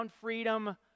freedom